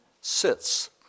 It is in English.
sits